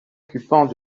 occupants